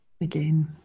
Again